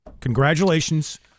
Congratulations